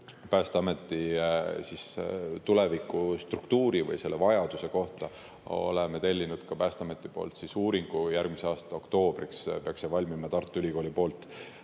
Päästeameti tulevikustruktuuri või selle vajaduse kohta oleme tellinud Päästeameti poolt uuringu. Järgmise aasta oktoobriks peaks see Tartu Ülikoolil